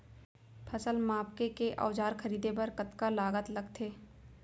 फसल मापके के औज़ार खरीदे बर कतका लागत लगथे?